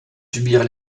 subir